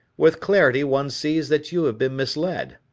with clarity one sees that you have been misled.